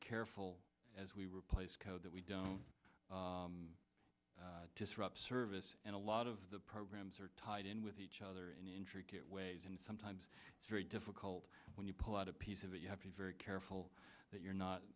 careful as we replace code that we don't disrupt service and a lot of the programs tied in with each other in intricate ways and sometimes it's very difficult when you pull out a piece of it you have to be very careful that you're not